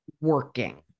working